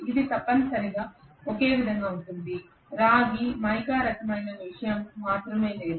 ఇది తప్పనిసరిగా ఒకే విధంగా ఉంటుంది రాగి మైకా రకమైన విషయం మాత్రమే లేదు